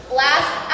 last